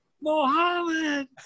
Mohammed